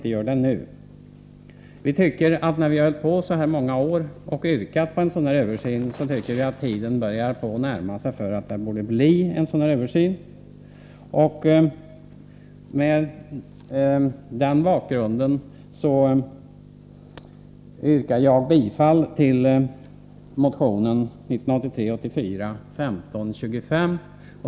Eftersom vi i så många år har begärt en översyn tycker vi att tidpunkten för en sådan nu börjar närma sig. Mot denna bakgrund yrkar jag bifall till motion 1983/84:1525.